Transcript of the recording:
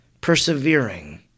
persevering